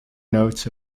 notes